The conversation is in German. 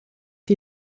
die